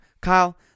Kyle